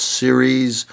series